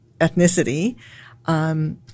ethnicity